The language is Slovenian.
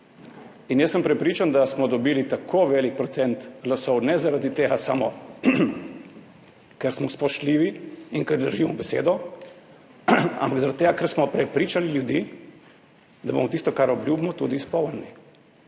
In jaz sem prepričan, da smo dobili tako velik procent glasov, ne samo zaradi tega, ker smo spoštljivi in ker držimo besedo, ampak zaradi tega, ker smo prepričali ljudi, da bomo tisto, kar obljubimo, tudi izpolnili,